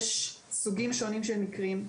יש סוגים שונים של מקרים,